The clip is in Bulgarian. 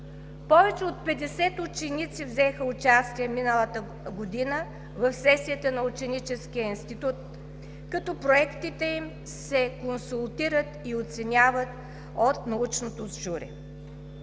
Повече от 50 ученици взеха участие миналата година в сесията на Ученическия институт, като проектите им се консултират и оценяват от научното жури.